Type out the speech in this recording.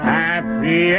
happy